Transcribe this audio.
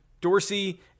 Dorsey